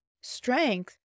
strength